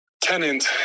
tenant